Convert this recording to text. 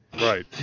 Right